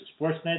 Sportsnet